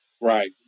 Right